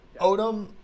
Odom